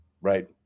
Right